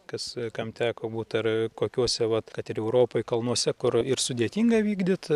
kas kam teko būt ar kokiuose vat kad ir europoj kalnuose kur ir sudėtinga vykdyt